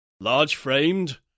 large-framed